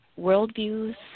worldviews